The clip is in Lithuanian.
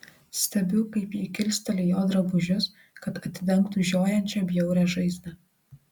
stebiu kaip ji kilsteli jo drabužius kad atidengtų žiojančią bjaurią žaizdą